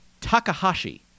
Takahashi